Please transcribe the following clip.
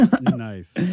nice